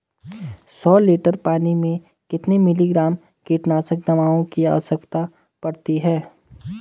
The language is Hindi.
सौ लीटर पानी में कितने मिलीग्राम कीटनाशक दवाओं की आवश्यकता पड़ती है?